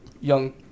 young